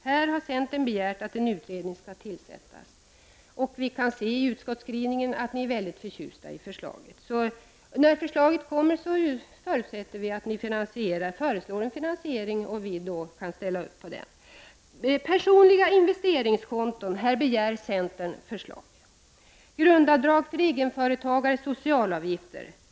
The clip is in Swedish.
Här har centern begärt att en utredning skall tillsättas. Vi kan se i utskottsskrivningen att ni är mycket förtjusta i förslaget. När förslaget kommer förutsätter vi att ni föreslår en finansiering så att vi kan ställa upp på den. —- Personliga investeringskonton. Här begär centern förslag. — Grundavdrag för egenföretagares socialavgifter.